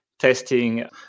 testing